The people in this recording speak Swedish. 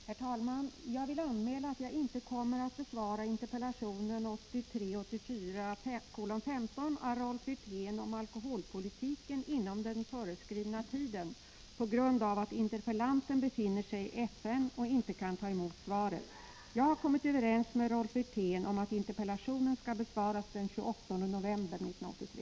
Herr talman! Jag vill anmäla att jag inte kommer att besvara interpellation 1983/84:15 av Rolf Wirtén om alkohoholpolitiken inom den föreskrivna tiden på grund av att interpellanten befinner sig i FN och inte kan ta emot svaret. Jag har kommit överens med Rolf Wirtén om att interpellationen skall besvaras den 28 november 1983.